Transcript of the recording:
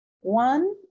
one